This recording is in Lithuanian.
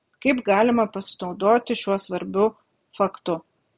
kaip galima pasinaudoti šiuo svarbiu faktu